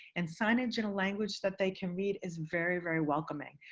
and signage in a language that they can read is very, very welcoming.